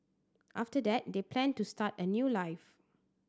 after that they planned to start a new life